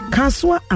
Kaswa